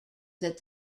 that